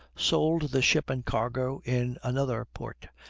sold the ship and cargo in another port,